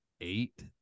eight